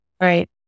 Right